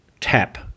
tap